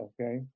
Okay